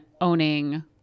owning